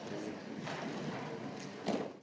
Hvala